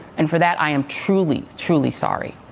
and for that, i am truly, truly sorry.